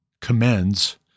commends